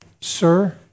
Sir